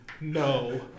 No